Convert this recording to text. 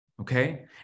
okay